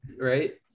right